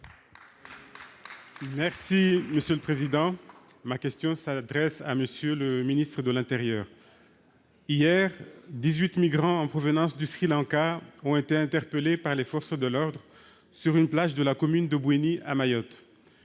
La République En Marche. Ma question s'adresse à M. le ministre de l'intérieur. Hier, dix-huit migrants en provenance du Sri Lanka ont été interpellés par les forces de l'ordre sur une plage de la commune de Bouéni, à Mayotte.